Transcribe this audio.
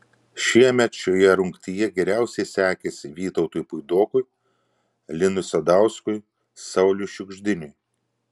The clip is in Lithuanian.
šiemet šioje rungtyje geriausiai sekėsi vytautui puidokui linui sadauskui sauliui šiugždiniui